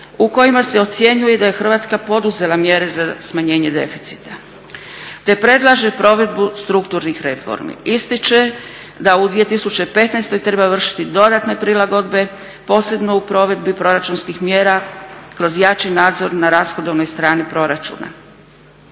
u kojima s ocjenjuje da je Hrvatska poduzela mjere za smanjenje deficita, te predlaže provedbu strukturnih reformi. Ističe da u 2015.treba vršiti dodatne prilagodbe posebno u provedbi proračunskih mjera kroz jači nadzor na rashodovnoj strani proračuna.